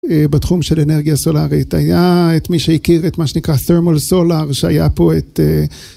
אה... בתחום של אנרגיה סולארית, היה... את מי שהכיר, את מה שנקרא Thermal Solar, שהיה פה את, אה...